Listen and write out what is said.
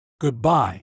Goodbye